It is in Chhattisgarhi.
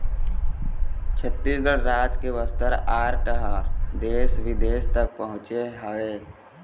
छत्तीसगढ़ राज के बस्तर आर्ट ह देश बिदेश तक पहुँचे हवय